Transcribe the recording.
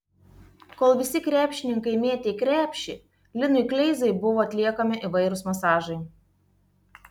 kol visi krepšininkai mėtė į krepšį linui kleizai buvo atliekami įvairūs masažai